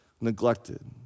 neglected